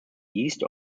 east